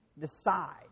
decide